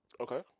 Okay